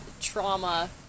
trauma